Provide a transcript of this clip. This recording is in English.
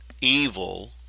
evil